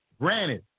Granted